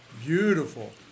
beautiful